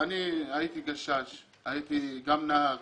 הייתי גשש וגם נהג